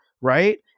right